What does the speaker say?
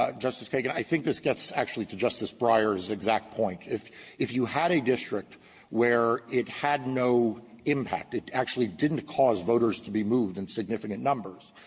ah justice kagan, i think this gets, actually, to justice breyer's exact point. if if you had a district where it had no impact, it actually didn't cause voters to be moved in significant numbers,